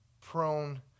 prone